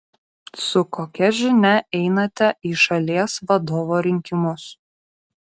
su kokia žinia einate į šalies vadovo rinkimus